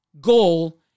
goal